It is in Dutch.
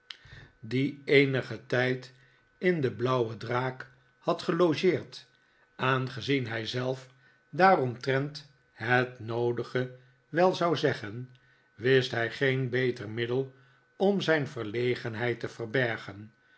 die eenigen tijd in de blauwe draak had gelogeerd aangezien hij zelf daaromtrent het noodige wel zou zeggen wist hij geen beter middel om zijn verlegenheid te verbergen